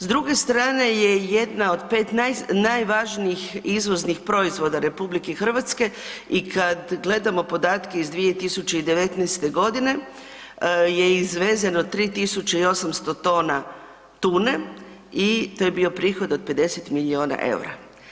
S druge strane je jedna od 5 najvažnijih izvoznih proizvoda RH i kad gledamo podatke iz 2019. g. je izvezeno 3800 tona tune i to je bio prihod od 50 milijuna eura.